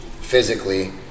physically